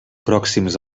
pròxims